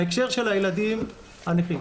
לגבי הילדים הנכים: